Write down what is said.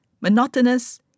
monotonous